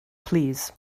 plîs